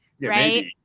right